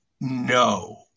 no